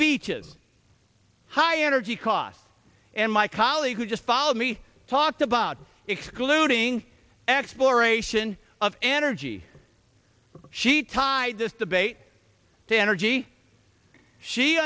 beaches high energy costs and my colleague who just followed me talked about excluding exploration of energy she tied this debate to energy she